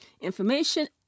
information